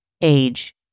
age